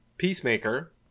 peacemaker